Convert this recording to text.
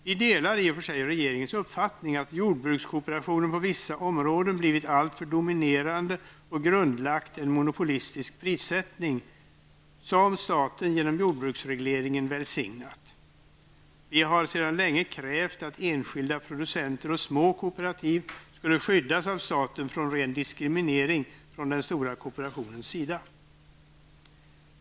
Vi delar i och för sig regeringens uppfattning att jordbrukskooperationen på vissa områden blivit alltför dominerande och grundlagt en monopolistisk prissättning, som staten genom jordbruksregleringen välsignat. Vi har sedan längre krävt att enskilda producenter och små kooperativ skulle skyddas av staten från ren diskriminering från den stora kooperationens sida.